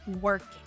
working